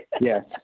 Yes